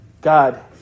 God